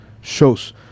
shows